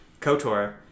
Kotor